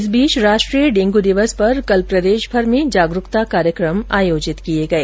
इस बीच राष्ट्रीय डेंगू दिवस पर कल प्रदेशभर में जागरूकता कार्यक्रम आयोजित किए गए